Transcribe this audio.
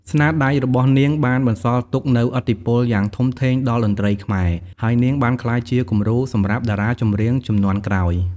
ស្នាដៃរបស់នាងបានបន្សល់ទុកនូវឥទ្ធិពលយ៉ាងធំធេងដល់តន្ត្រីខ្មែរ ហើយនាងបានក្លាយជាគំរូសម្រាប់តារាចម្រៀងជំនាន់ក្រោយ។